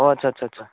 অ' আচ্ছা আচ্ছা আচ্ছা